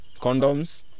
condoms